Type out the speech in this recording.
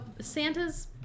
santa's